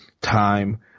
time